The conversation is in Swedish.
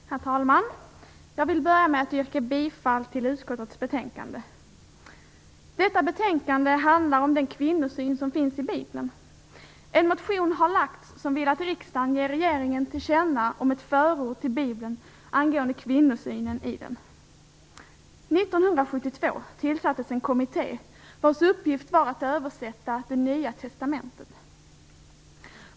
Herr talman! Jag vill börja med att yrka bifall till utskottets hemställan. Detta betänkande handlar om den kvinnosyn som finns i bibeln. En motion har väckts där man vill att riksdagen ger regeringen till känna att det skall finnas ett förord till bibeln angående kvinnosynen i den. År 1972 tillsattes en kommitté vars uppgift var att översätta Nya testamentet.